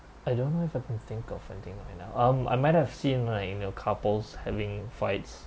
I don't know if I can't think of anything right now um I might have seen like you know couples having fights